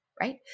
right